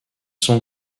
sont